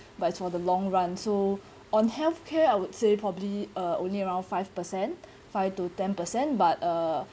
but it's for the long run so on health care I would say probably uh only around five percent five to ten percent but uh